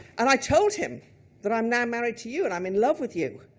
and i told him that i'm now married to you and i'm in love with you.